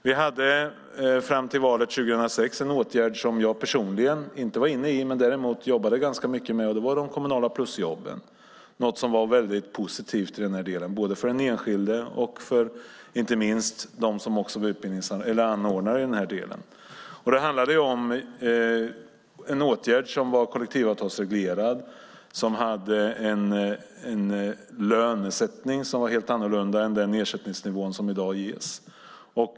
Vi hade fram till valet 2006 en åtgärd som jag personligen inte var inne i men däremot jobbade ganska mycket med, och det var de kommunala plusjobben, något som var väldigt positivt både för den enskilde och för anordnare. Det handlade om en åtgärd som var kollektivavtalsreglerad, med en lönesättning som var helt annorlunda än den ersättningsnivå som i dag gäller.